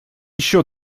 еще